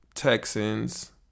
Texans